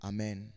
Amen